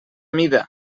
mida